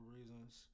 reasons